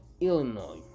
Illinois